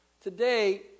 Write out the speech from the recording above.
today